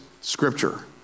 scripture